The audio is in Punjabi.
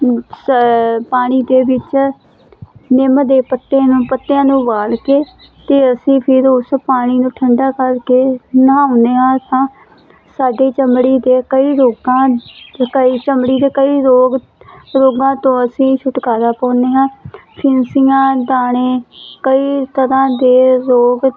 ਸ ਪਾਣੀ ਦੇ ਵਿੱਚ ਨਿੰਮ ਦੇ ਪੱਤਿਆਂ ਨੂੰ ਪੱਤਿਆਂ ਨੂੰ ਉਬਾਲ ਕੇ ਅਤੇ ਅਸੀਂ ਫਿਰ ਉਸ ਪਾਣੀ ਨੂੰ ਠੰਡਾ ਕਰਕੇ ਨਹਾਉਂਦੇ ਹਾਂ ਤਾਂ ਸਾਡੀ ਚਮੜੀ ਦੇ ਕਈ ਰੋਗਾਂ ਕਈ ਚਮੜੀ ਦੇ ਕਈ ਰੋਗ ਰੋਗਾਂ ਤੋਂ ਅਸੀਂ ਛੁਟਕਾਰਾ ਪਾਉਂਦੇ ਹਾਂ ਫਿੰਨਸੀਆਂ ਦਾਨੇ ਕਈ ਤਰ੍ਹਾਂ ਦੇ ਰੋਗ